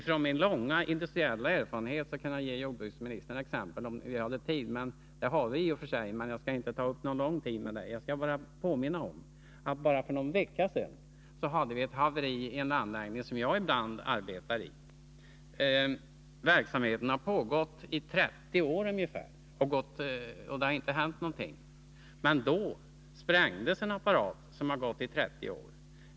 Från min långa industriella erfarenhet skulle jag kunna ge jordbruksministern exempel på reella risker. Jag skulle kunna ge många sådana exempel, om vi hade tid. Det har vi i och för sig, men jag skall bara påminna om att för någon vecka sedan inträffade ett haveri i en anläggning där jag ibland arbetar. Verksamheten där har pågått i ungefär 30 år utan att det hänt någonting, men i förra veckan sprängdes en apparat som gått i 30 år.